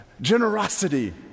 generosity